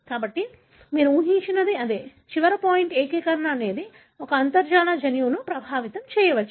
కాబట్టి మీరు ఊహించినది అదే చివరి పాయింట్ ఏకీకరణ అనేది ఒక అంతర్జాత జన్యువును ప్రభావితం చేయవచ్చు